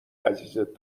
عزیزت